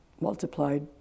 multiplied